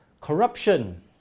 Corruption